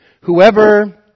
Whoever